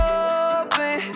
open